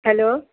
hello